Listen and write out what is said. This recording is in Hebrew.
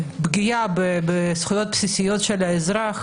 פגיעה בזכויות בסיסיות של האזרח.